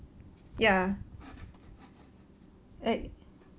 ya like